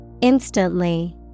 Instantly